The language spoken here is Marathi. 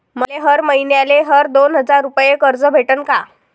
मले हर मईन्याले हर दोन हजार रुपये कर्ज भेटन का?